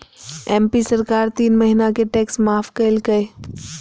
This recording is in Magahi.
एम.पी सरकार तीन महीना के टैक्स माफ कइल कय